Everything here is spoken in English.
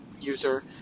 user